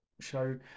show